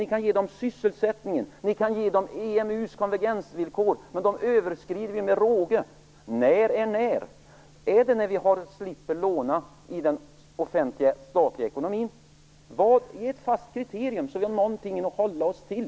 Ni kan nämna sysselsättningen, och ni kan nämna EMU:s konvergensvillkor, men detta överskrider vi med råge. När blir det? Blir det när vi slipper låna i den offentliga statliga ekonomin? Ge oss ett fast kriterium, så att vi har någonting att hålla oss till.